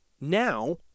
now